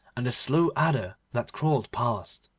and the slow adder that crawled past.